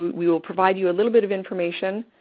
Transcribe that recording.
we'll we'll provide you a little bit of information,